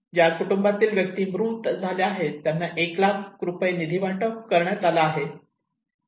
ज्या कुटुंबातील व्यक्ती मृत झाले आहे त्यांना एक लाख रुपये निधी वाटप करण्यात आला आहे